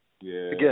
Again